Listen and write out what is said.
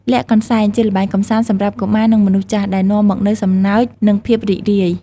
លាក់កន្សែង ជាល្បែងកម្សាន្តសម្រាប់កុមារ និងមនុស្សចាស់ ដែលនាំមកនូវសំណើច និងភាពរីករាយ។